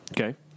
Okay